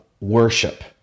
worship